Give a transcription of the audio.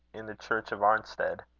in the church of arnstead.